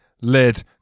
lid